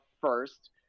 first